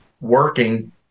working